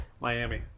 Miami